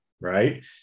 right